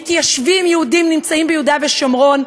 מתיישבים יהודים נמצאים ביהודה ושומרון,